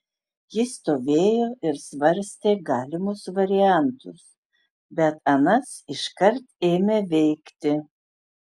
jis stovėjo ir svarstė galimus variantus bet anas iškart ėmė veikti